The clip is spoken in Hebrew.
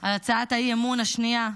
על הצעת האי-אמון השנייה,